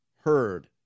heard